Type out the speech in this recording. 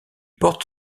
porte